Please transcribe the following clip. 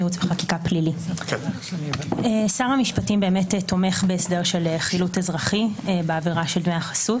שר המשפטים תומך בהסדר של חילוט אזרחי בעבירה של דמי החסות.